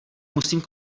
musím